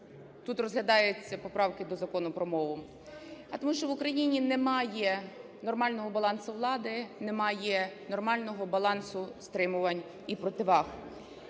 тут розглядаються поправки до Закону про мову, а тому що в Україні немає нормального балансу влади, немає нормального балансу стримувань і противаг.